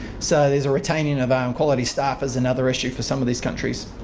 so there's a retaining of um quality staff is another issue for some of these countries.